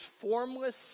formless